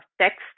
text